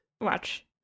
watch